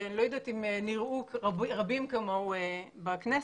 אני לא יודעת אם נראו רבים כמוהו בכנסת.